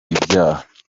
ibyaha